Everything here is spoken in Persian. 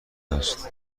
است